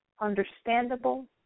understandable